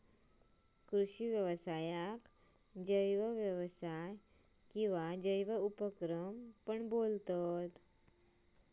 कृषि व्यवसायाक जैव व्यवसाय किंवा जैव उपक्रम पण बोलतत